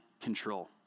control